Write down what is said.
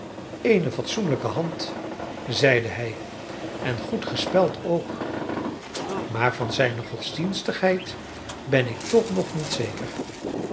eene fatsoenlijke hand zeide hij en goed gespeld ook maar van zijne godsdienstigheid ben ik toch nog niet zeker